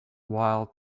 while